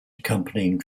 accompanying